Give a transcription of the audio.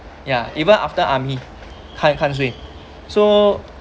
ya even after army can't can't swim so